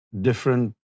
different